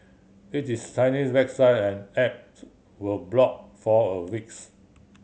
it is Chinese website and app were blocked for a weeks